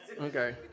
Okay